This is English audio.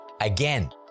again